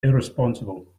irresponsible